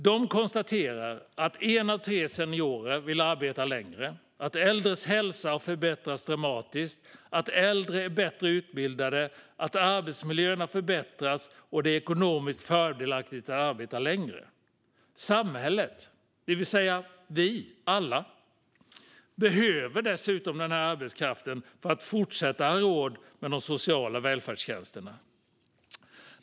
De konstaterar att en av tre seniorer vill arbeta längre, att äldres hälsa har förbättrats dramatiskt, att äldre är bättre utbildade, att arbetsmiljön har förbättrats och att det är ekonomiskt fördelaktigt att arbeta längre. Samhället, det vill säga vi alla, behöver dessutom den arbetskraften för att fortsätta ha råd med de sociala välfärdstjänsterna.